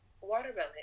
watermelon